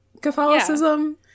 Catholicism